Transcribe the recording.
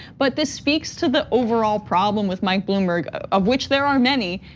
but this speaks to the overall problem with mike bloomberg of which there are many.